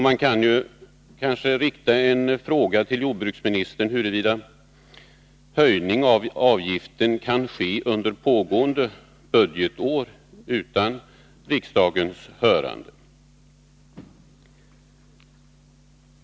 Men kan en höjning av avgiften ske under pågående budgetår utan riksdagens hörande?